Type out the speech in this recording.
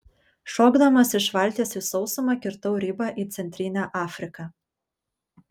šokdamas iš valties į sausumą kirtau ribą į centrinę afriką